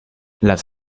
las